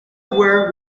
wear